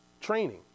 training